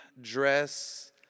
dress